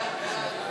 חוק ההוצאה